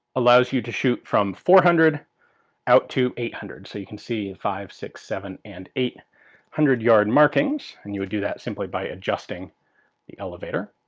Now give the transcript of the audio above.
allows you to shoot from four hundred out to eight hundred. so you can see five, six, seven and eight hundred yard markings, and you would do that simply by adjusting the elevator.